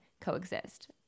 coexist